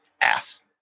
Ass